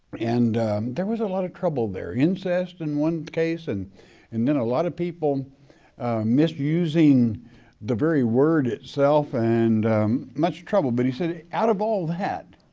and there was a lot of trouble there. incest in one case, and and then a lot of people misusing the very word itself and much trouble. but he said out of all that,